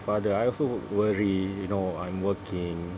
father I also worry you know I'm working